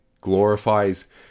glorifies